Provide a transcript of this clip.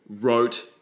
wrote